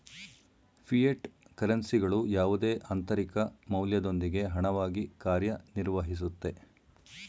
fiat ಕರೆನ್ಸಿಗಳು ಯಾವುದೇ ಆಂತರಿಕ ಮೌಲ್ಯದೊಂದಿಗೆ ಹಣವಾಗಿ ಕಾರ್ಯನಿರ್ವಹಿಸುತ್ತೆ